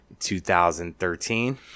2013